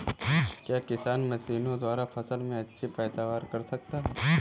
क्या किसान मशीनों द्वारा फसल में अच्छी पैदावार कर सकता है?